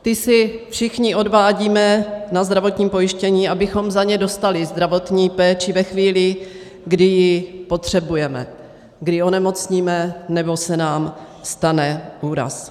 Ty všichni odvádíme na zdravotní pojištění, abychom za ně dostali zdravotní péči ve chvíli, kdy ji potřebujeme, kdy onemocníme nebo se nám stane úraz.